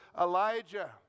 Elijah